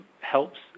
helps